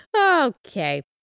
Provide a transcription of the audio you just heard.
okay